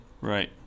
right